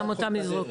גם אותם לזרוק.